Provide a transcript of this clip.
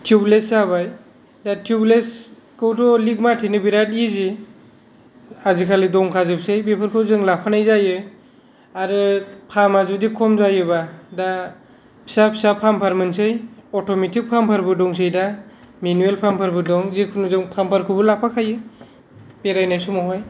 tubeless जाबाय दा tubeless खौथ' लिक माथेनो बेराद इजि आजिखालि दंखा जोबसै बेफोरखौ जों लाफानाय जायो आरो फामा जुदि खम जायोबा दा फिसा फिसा फामपार मोनसै अट'मेटिक फामपार बो दंसै दा मेनुवेल फामपार बो दं जायखिया जों फामपार खौबो लाफाखायो बेरायनाय समावहाय